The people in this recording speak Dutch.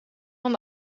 van